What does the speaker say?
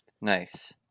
Nice